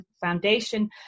foundation